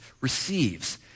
receives